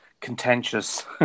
contentious